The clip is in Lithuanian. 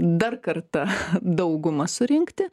dar kartą daugumą surinkti